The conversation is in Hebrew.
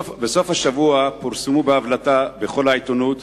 בסוף השבוע פורסמו בהבלטה בכל העיתונות